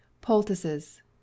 Poultices